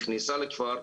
נכנס לכפר,